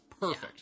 perfect